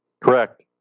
Correct